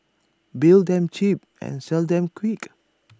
build them cheap and sell them quick